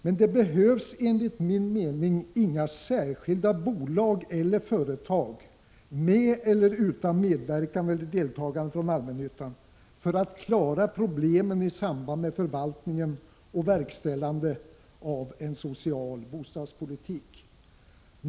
Men det behövs enligt min mening inga särskilda bolag eller företag med eller utan medverkan eller deltagande från allmännyttan för att klara problem i samband med förvaltningen och verkställandet av en social bostadspolitik.